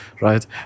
right